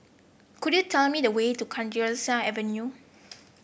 could you tell me the way to Kalidasa Avenue